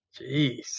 Jeez